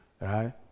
right